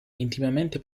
intimamente